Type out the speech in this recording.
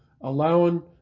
allowing